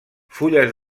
fulles